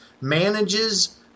manages